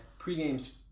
Pregame's